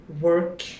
work